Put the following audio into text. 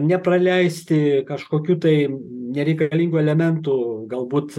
nepraleisti kažkokių tai nereikalingų elementų galbūt